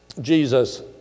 Jesus